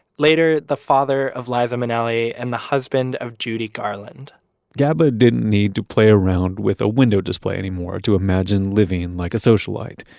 later the father of liza minnelli and the husband of judy garland gaba didn't need to play around with a window display anymore to imagine living like a socialite.